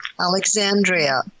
Alexandria